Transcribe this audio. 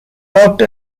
locked